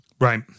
Right